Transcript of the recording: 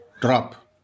drop